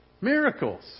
miracles